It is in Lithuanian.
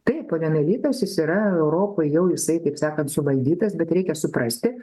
taip polimomelitas jis yra europoj jau jisai taip sakant suvaldytas bet reikia suprasti